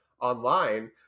online